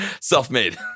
Self-made